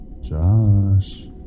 Josh